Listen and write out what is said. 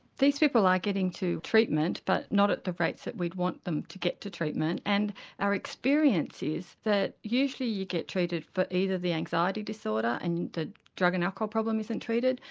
these people are like getting to treatment but not at the rates that we'd want them to get to treatment. and our experience is that usually you get treated for either the anxiety disorder, and the drug and alcohol problem isn't treated,